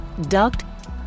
duct